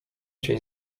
cień